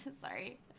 Sorry